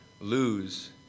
lose